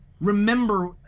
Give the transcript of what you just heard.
remember